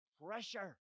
pressure